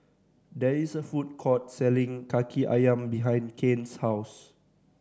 there is a food court selling Kaki Ayam behind Kane's house